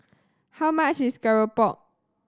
how much is keropok